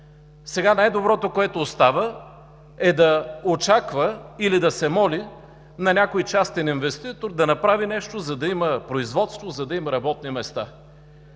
Сега най доброто, което остава, е да очаква или да се моли на някой частен инвеститор да направи нещо, за да има производство, за да има работни места.